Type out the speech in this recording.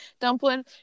Dumpling